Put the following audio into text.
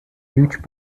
deutsche